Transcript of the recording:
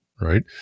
Right